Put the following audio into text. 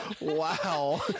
wow